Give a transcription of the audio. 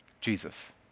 Jesus